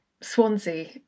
Swansea